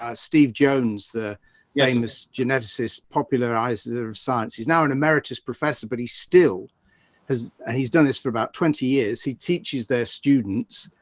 um steve jones, the yeah famous geneticists popularizer of science. he's now an ameritas professor, but he still has, and he's done this for about twenty years. he teaches their students,